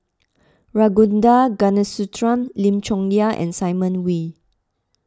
Ragunathar Kanagasuntheram Lim Chong Yah and Simon Wee